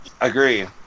Agree